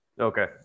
Okay